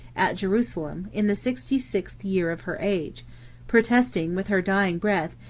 at jerusalem, in the sixty-seventh year of her age protesting, with her dying breath,